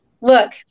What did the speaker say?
look